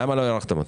למה לא הארכתם אותן?